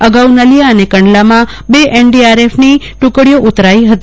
અગાઉ નલીયા અન કંડલામાં બે એનડીઆરએફ ની ટૂકડીઓ ઉતરાઈ હતી